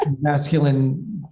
masculine